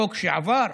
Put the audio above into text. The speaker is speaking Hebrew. חוק שעבר,